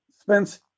Spence